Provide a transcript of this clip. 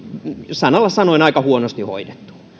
sanalla sanoen aika huonosti hoidettu